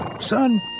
Son